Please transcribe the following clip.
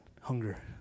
hunger